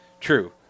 True